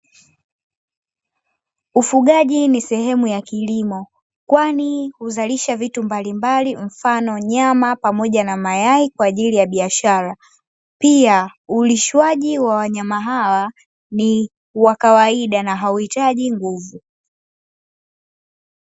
Ufugaji ni sehemu ya kilimo kwani huzalisha vitu mbalimbali mfano nyama pamoja na mayai kwa ajili ya biashara, pia ulishwaji wa wanyama hawa ni wa kawaida hauitaji nguvu.